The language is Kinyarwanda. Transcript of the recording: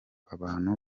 abantu